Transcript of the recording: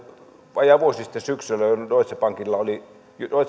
vajaa vuosi sitten syksyllä jolloin deutsche